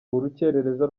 urukerereza